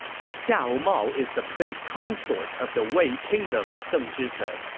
but xiahou mao is the prince consort of the wei kingdom, deng zhi said.